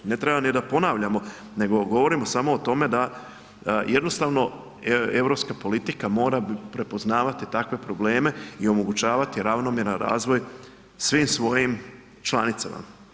Ne treba ni da ponavljamo nego govorimo samo o tome da jednostavno europska politika mora prepoznavati takve probleme i omogućavati ravnomjeran razvoj svim svojim članicama.